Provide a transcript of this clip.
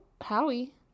howie